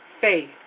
faith